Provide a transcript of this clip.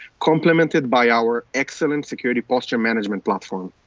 complemented by our excellent security posture management platform.